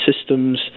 systems